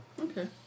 Okay